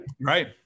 right